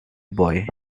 boy